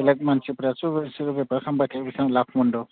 बेलेक मानसिफोरासो बिसोरो बेपार खालामबाय थायो बेसेबां लाब मोन्दों